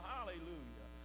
Hallelujah